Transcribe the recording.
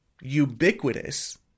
ubiquitous